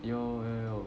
有有有